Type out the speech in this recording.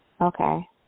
Okay